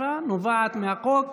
אכיפה נובעת מהחוק.